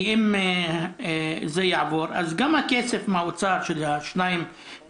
שאם זה יעבור אז גם הכסף מהאוצר של 2.9